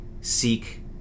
seek